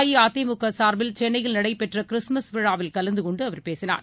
அஇஅதிமுகசார்பில் சென்னையில் நடைபெற்றகிறிஸ்துமஸ் விழாவில் கலந்தகொண்டுஅவர் பேசினார்